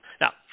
Now